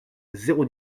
zéro